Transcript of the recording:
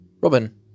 Robin